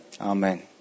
Amen